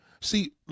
see